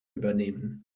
übernehmen